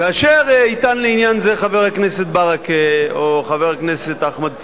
כאשר יטען לעניין זה חבר הכנסת ברכה או חבר הכנסת אחמד טיבי,